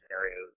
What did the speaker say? scenarios